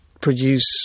produce